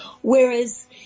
Whereas